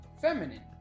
feminine